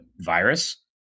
virus